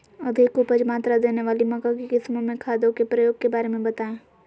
अधिक उपज मात्रा देने वाली मक्का की किस्मों में खादों के प्रयोग के बारे में बताएं?